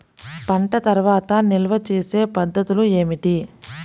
పంట తర్వాత నిల్వ చేసే పద్ధతులు ఏమిటి?